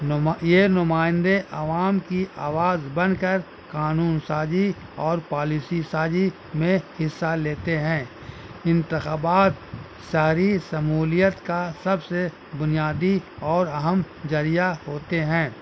نما یہ نمائندے عوام کی آواز بن کر قانون سازی اور پالیسی سازی میں حصہ لیتے ہیں انتخابات ساری شمولیت کا سب سے بنیادی اور اہم ذریعہ ہوتے ہیں